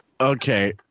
Okay